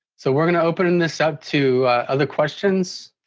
so we're gonna open this up to other questions.